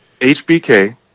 HBK